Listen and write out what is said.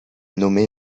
nommé